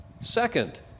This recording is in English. Second